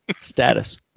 status